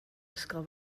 ysgol